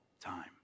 time